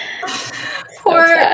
Poor